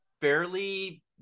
fairly